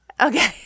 Okay